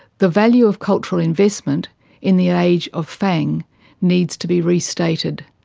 the value of cultural investment in the age of fang needs to be restated,